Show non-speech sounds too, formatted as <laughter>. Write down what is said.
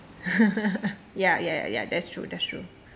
<laughs> ya ya ya that's true that's true